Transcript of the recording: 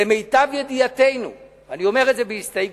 למיטב ידיעתנו, אני אומר את זה בהסתייגות,